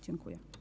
Dziękuję.